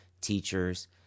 teachers